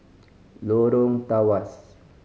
Lorong Tawas